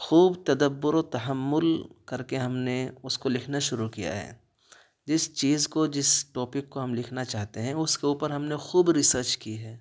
خوب تدبر و تحمل کر کے ہم نے اس کو لکھنا شروع کیا ہے جس چیز کو جس ٹوپک کو ہم لکھنا چاہتے ہیں اس کے اوپر ہم نے خوب ریسرچ کی ہے